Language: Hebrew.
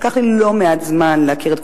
לקח לי לא מעט זמן להכיר,